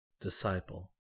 Disciple